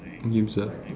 game ah